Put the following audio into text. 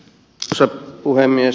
arvoisa puhemies